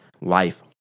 life